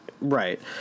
Right